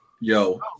Yo